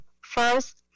first